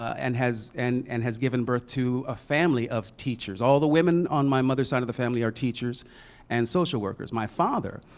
and and and has given birth to a family of teachers. all the women on my mother's side of the family are teachers and social workers. my father